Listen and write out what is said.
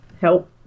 help